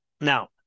Now